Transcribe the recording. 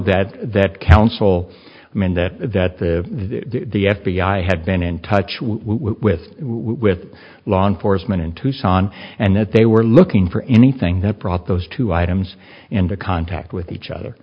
that that council i mean that that the f b i had been in touch with with law enforcement in tucson and that they were looking for anything that brought those two items into contact with each other